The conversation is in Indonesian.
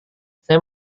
saya